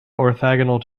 orthogonal